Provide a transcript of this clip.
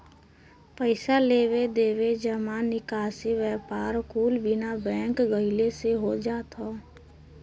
पइसा लेवे देवे, जमा निकासी, व्यापार कुल बिना बैंक गइले से हो जात हौ